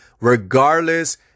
regardless